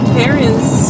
parents